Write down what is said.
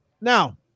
Now